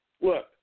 Look